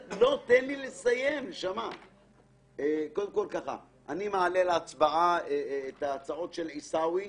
אני מעלה להצבעה את ההצעות של עיסאווי.